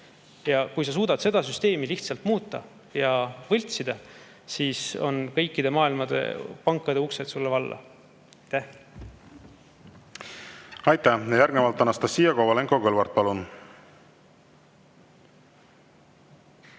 Kui sa suudad seda süsteemi lihtsalt muuta ja võltsida, siis on kõikide maailma pankade uksed sulle valla. Aitäh! Aitäh! Järgnevalt Anastassia Kovalenko-Kõlvart, palun!